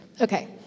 Okay